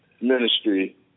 Ministry